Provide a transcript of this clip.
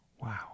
Wow